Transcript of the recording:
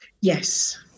Yes